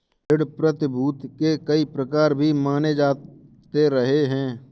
ऋण प्रतिभूती के कई प्रकार भी माने जाते रहे हैं